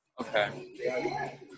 Okay